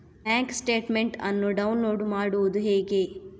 Bank statement ಅನ್ನು download ಮಾಡುವುದು ಹೇಗೆ?